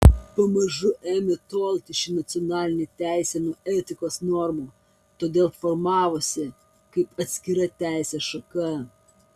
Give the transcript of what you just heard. pamažu ėmė tolti ši nacionalinė teisė nuo etikos normų todėl formavosi kaip atskira teisės šaka